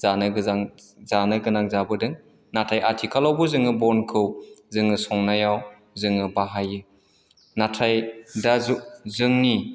जानो गोनां जाबोदों नाथाय आथिखालावबो जोङो बनखौ जोङो संनायाव जोङो बाहायो नाथाय दा जोंनि